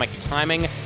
Timing